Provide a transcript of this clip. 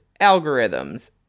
algorithms